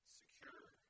secure